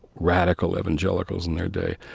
radical evangelicals in their day.